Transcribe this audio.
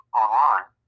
online